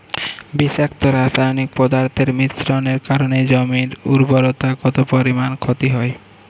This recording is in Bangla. বিষাক্ত রাসায়নিক পদার্থের মিশ্রণের কারণে জমির উর্বরতা কত পরিমাণ ক্ষতি হয়?